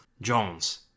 Jones